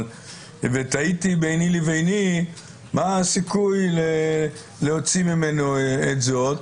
ותהיתי ביני לביני מה הסיכוי להוציא ממנו את זאת.